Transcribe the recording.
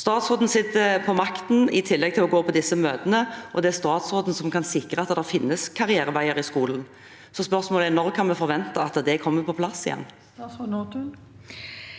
Statsråden sitter på makten, i tillegg til å gå på disse møtene, og det er statsråden som kan sikre at det finnes karriereveier i skolen. Spørsmålet er: Når kan vi forvente at det kommer på plass igjen?